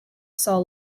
saw